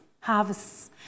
harvests